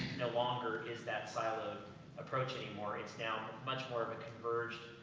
no longer is that siloed approach anymore. it's now much more of a converged,